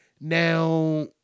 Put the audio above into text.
Now